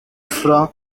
franc